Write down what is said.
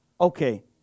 okay